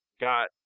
got